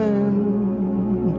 end